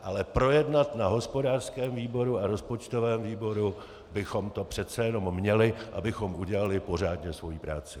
Ale projednat na hospodářském výboru a rozpočtovém výboru bychom to přece jenom měli, abychom udělali pořádně svoji práci.